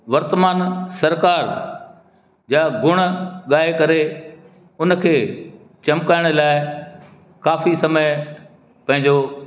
वर्तमान सरकार जा गुण ॻाए करे हुन खे चमकाइण लाइ काफ़ी समय पंहिंजो